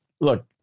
Look